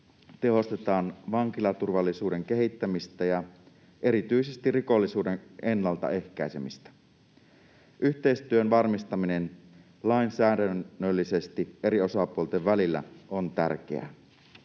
tehostetaan vankilaturvallisuuden kehittämistä ja erityisesti rikollisuuden ennaltaehkäisemistä. Yhteistyön varmistaminen lainsäädännöllisesti eri osapuolten välillä on tärkeää.